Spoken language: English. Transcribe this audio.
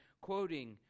quoting